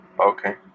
Okay